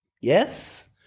Yes